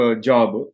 job